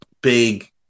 Big